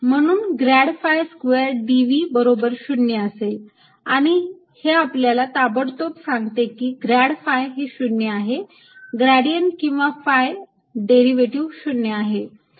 म्हणून grad phi square dV बरोबर 0 असेल आणि हे आपल्याला ताबडतोब सांगते की ग्रॅड phi हे 0 आहे ग्रेडियंट किंवा phi डेरिव्हेटिव्ह 0 आहे